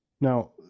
Now